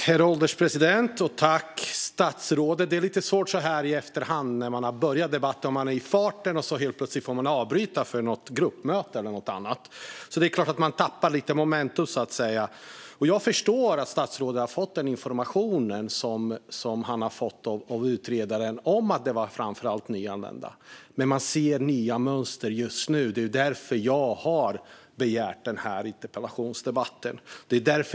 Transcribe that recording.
Herr ålderspresident! Tack, statsrådet! Det är lite svårt när man så här i efterhand får ta upp debatten som man fick avbryta mitt i farten för gruppmöte. Man tappar lite momentum. Jag förstår att statsrådet har fått informationen av utredaren om att det framför allt gällde nyanlända. Men man ser nya mönster just nu, och det är därför jag har begärt den här interpellationsdebatten.